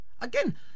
Again